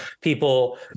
people